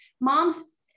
Moms